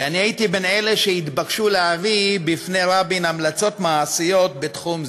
ואני הייתי בין אלה שהתבקשו להביא בפני רבין המלצות מעשיות בתחום זה.